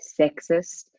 sexist